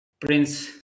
Prince